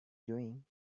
doing